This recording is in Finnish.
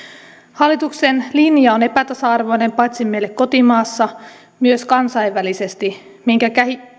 hallituksen linja on epätasa arvoinen paitsi meille kotimaassa myös kansainvälisesti minkä